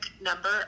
number